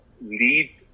lead